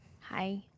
Hi